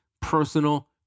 personal